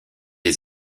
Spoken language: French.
des